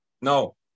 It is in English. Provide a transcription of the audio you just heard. No